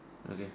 okay